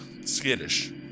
skittish